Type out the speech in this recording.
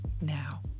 now